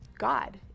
God